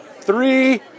Three